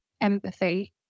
empathy